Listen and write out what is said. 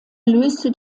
löste